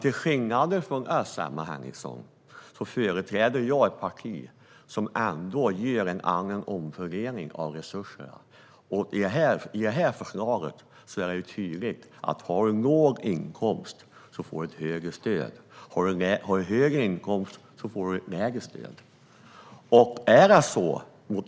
Till skillnad från dig, Emma Henriksson, företräder jag ett parti som gör en annan fördelning av resurser. I förslaget är det tydligt att man får större stöd om man har en låg inkomst och ett mindre stöd om man har en hög inkomst.